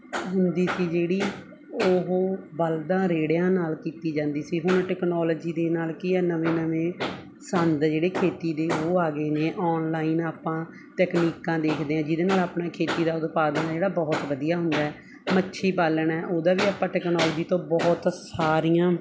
ਹੁੰਦੀ ਸੀ ਜਿਹੜੀ ਉਹ ਬੱਲਦਾਂ ਰੇੜਿਆਂ ਨਾਲ ਕੀਤੀ ਜਾਂਦੀ ਸੀ ਹੁਣ ਟੈਕਨੋਲੋਜੀ ਦੇ ਨਾਲ ਕੀ ਆ ਨਵੇਂ ਨਵੇਂ ਸੰਦ ਜਿਹੜੇ ਖੇਤੀ ਦੇ ਉਹ ਆ ਗਏ ਨੇ ਆਨਲਾਈਨ ਆਪਾਂ ਤਕਨੀਕਾਂ ਦੇਖਦੇ ਹਾਂ ਜਿਹਦੇ ਨਾਲ ਆਪਣਾ ਖੇਤੀ ਦਾ ਉਤਪਾਦਨ ਆ ਜਿਹੜਾ ਬਹੁਤ ਵਧੀਆ ਹੁੰਦਾ ਮੱਛੀ ਪਾਲਣ ਹੈ ਉਹਦਾ ਵੀ ਆਪਾਂ ਟੈਕਨੋਲੋਜੀ ਤੋਂ ਬਹੁਤ ਸਾਰੀਆਂ